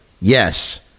Yes